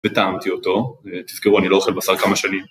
וטעמתי אותו, תזכרו אני לא אוכל בשר כמה שנים.